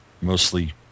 mostly